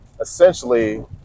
essentially